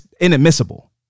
inadmissible